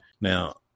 Now